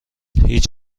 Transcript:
هیچ